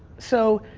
so,